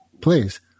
Please